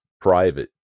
private